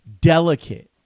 delicate